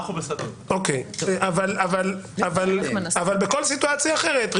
בכל סיטואציה אחרת,